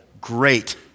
great